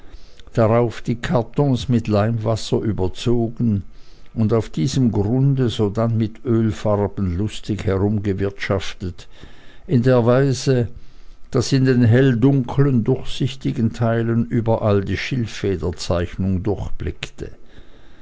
darauf die kartons mit leimwasser überzogen und auf diesem grund sodann mit ölfarben lustig herumgewirtschaftet in der weise daß in den helldunklen durchsichtigen teilen überall die schilffederzeichnung